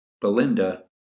Belinda